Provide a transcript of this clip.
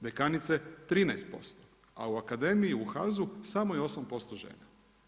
Dekanice 13%, a u akademiji, u HAZU samo je 8% žena.